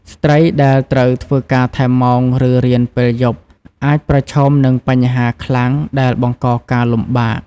ស្ត្រីដែលត្រូវធ្វើការថែមម៉ោងឬរៀនពេលយប់អាចប្រឈមនឹងបញ្ហាខ្លាំងដែលបង្កការលំបាក។